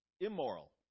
immoral